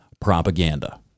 propaganda